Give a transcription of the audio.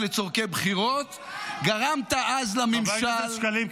לצורכי בחירות ----- חבר הכנסת שקלים,